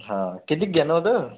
हा किती घेणं होतं